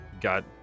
Got